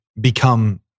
become